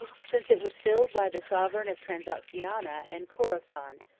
since it was filled by the sovereign of transoxiana and chorasan,